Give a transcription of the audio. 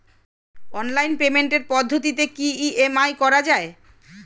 Online পেমেন্টের পদ্ধতিতে কি ই.এম.আই করা যায়?